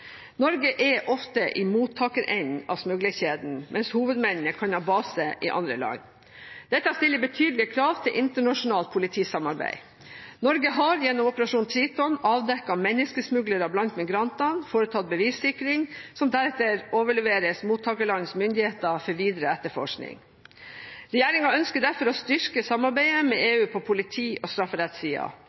Norge er ofte i «mottakerenden» av smuglerkjeden, mens hovedmennene kan ha base i andre land. Dette stiller betydelige krav til internasjonalt politisamarbeid. Norge har gjennom Operasjon Triton avdekket menneskesmuglere blant migrantene og foretatt bevissikring, som deretter overleveres mottakerlandets myndigheter for videre etterforskning. Regjeringen ønsker derfor å styrke samarbeidet med EU på politi- og